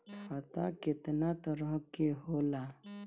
खाता केतना तरह के होला?